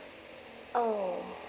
oh